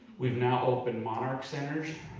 we've now opened monarch centers,